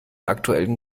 aktuellen